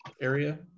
area